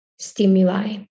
stimuli